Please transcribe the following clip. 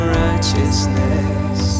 righteousness